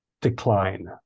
decline